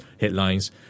headlines